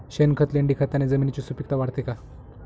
शेणखत, लेंडीखताने जमिनीची सुपिकता वाढते का?